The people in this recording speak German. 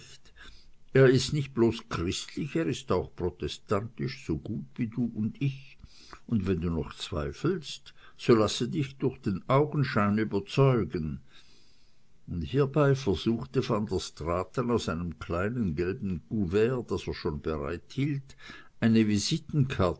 er ist nicht bloß christlich er ist auch protestantisch so gut wie du und ich und wenn du noch zweifelst so lasse dich durch den augenschein überzeugen und hierbei versuchte van der straaten aus einem kleinen gelben kuvert das er schon bereit hielt eine